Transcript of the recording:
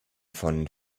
von